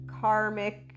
karmic